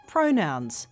pronouns